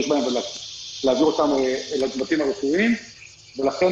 בהן ולהעביר אותן אל הצוותים הרפואיים ולכן,